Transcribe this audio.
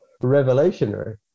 revolutionary